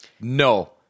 No